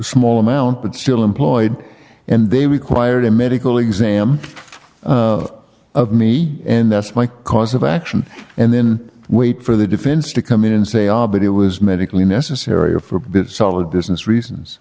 small amount but still employed and they required a medical exam of of me in this my cause of action and then wait for the defense to come in and say ah but it was medically necessary or for solid business reasons